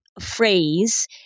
phrase